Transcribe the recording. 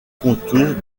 contours